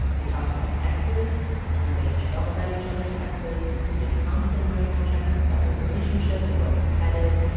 they talked about exes and how they each felt about each other's exes. they did constant emotional check-ins about their relationship and where it was headed.